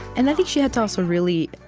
and i think she had to also, really,